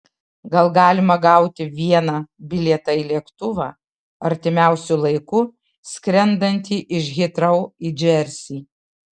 gal galima gauti vieną bilietą į lėktuvą artimiausiu laiku skrendantį iš hitrou į džersį